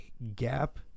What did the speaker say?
gap